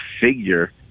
figure